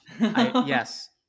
yes